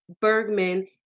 Bergman